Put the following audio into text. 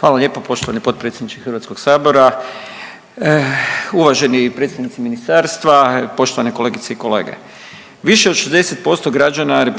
Hvala lijepo poštovani potpredsjedniče HS, uvaženi predstavnici ministarstva, poštovane kolegice i kolege. Više od 60% građana RH